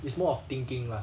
it's more of thinking lah